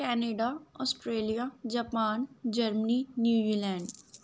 Canada Australia Japan Germany New Zealand